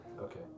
Okay